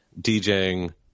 DJing